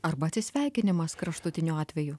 arba atsisveikinimas kraštutiniu atveju